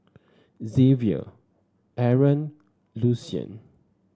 Xavier Aron Lucien